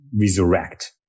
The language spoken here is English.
resurrect